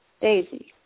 Daisy